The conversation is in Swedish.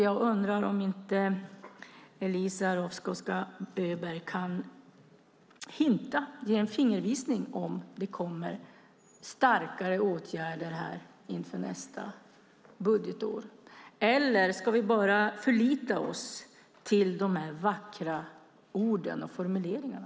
Jag undrar om inte Eliza Roszkowska Öberg kan ge en fingervisning om huruvida det kommer starkare åtgärder inför nästa budgetår. Eller ska vi bara förlita oss på de vackra orden och formuleringarna?